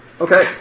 Okay